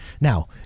now